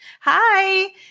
Hi